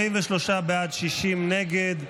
43 בעד, 60 נגד.